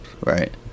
Right